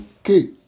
Okay